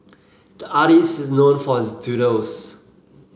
the artist is known for his doodles